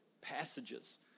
passages